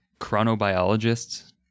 chronobiologists